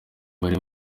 bari